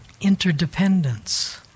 interdependence